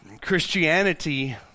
Christianity